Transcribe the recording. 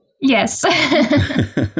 Yes